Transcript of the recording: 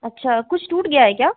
अच्छा कुछ टूट गया है क्या